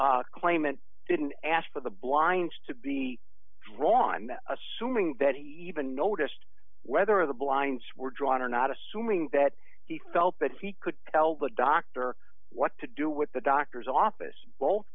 claimant didn't ask for the blinds to be drawn assuming that he even noticed whether the blinds were drawn or not assuming that he felt that he could tell the doctor what to do with the doctor's office